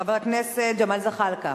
חבר הכנסת ג'מאל זחאלקה.